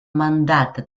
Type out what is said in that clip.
мандата